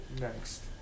Next